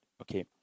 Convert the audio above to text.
okay